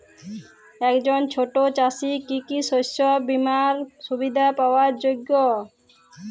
একজন ছোট চাষি কি কি শস্য বিমার সুবিধা পাওয়ার যোগ্য?